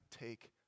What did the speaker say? take